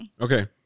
Okay